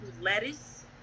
lettuce